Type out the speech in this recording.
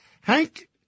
Hank